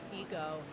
ego